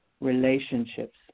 relationships